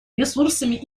ресурсами